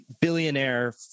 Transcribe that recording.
billionaire